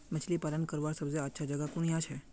मछली पालन करवार सबसे अच्छा जगह कुनियाँ छे?